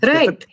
Right